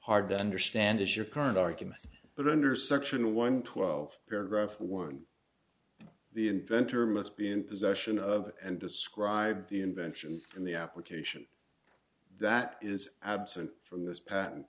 hard to understand as your current argument but under section one twelve paragraph one the inventor must be in possession of and describe the invention in the application that is absent from this pat